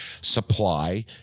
supply